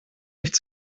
nicht